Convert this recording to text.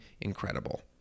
incredible